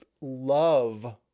love